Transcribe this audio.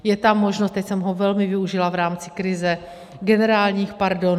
Je tam možnost teď jsem ho velmi využila v rámci krize generálních pardonů atd.